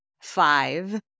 Five